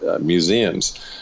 museums